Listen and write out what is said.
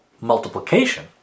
multiplication